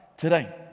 Today